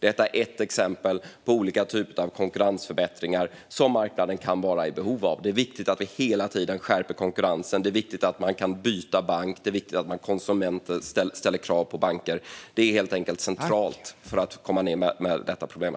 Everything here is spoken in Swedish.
Det är ett exempel på en av de konkurrensförbättringar som marknaden kan vara i behov av. Det är viktigt att vi hela tiden skärper konkurrensen. Det är viktigt att man som konsument kan ställa krav på banken och byta bank. Det är helt enkelt centralt för att få en lösning på detta problem.